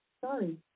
Sorry